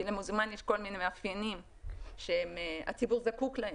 למזומן יש כל מיני מאפיינים שהציבור זקוק להם,